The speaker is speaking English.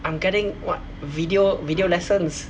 I'm getting what video video lessons